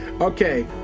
okay